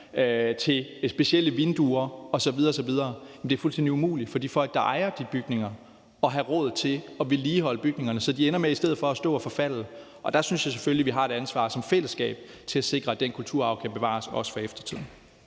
til specielle vinduer osv. er det fuldstændig umuligt for de folk, der ejer de bygninger, at have råd til at vedligeholde bygningerne. Så de ender med i stedet for at stå og forfalde. Der synes jeg selvfølgelig, vi har et ansvar som fællesskab for at sikre, at den kulturarv kan bevares, også for eftertiden.